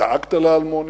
דאגת לאלמוני?